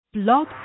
Blog